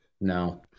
No